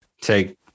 take